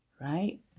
right